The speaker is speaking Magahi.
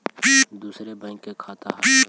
दुसरे बैंक के खाता हैं?